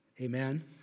Amen